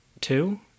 two